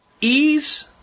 ease